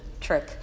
trick